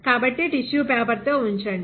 కాబట్టి tissue paper తో ఉంచండి